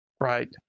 Right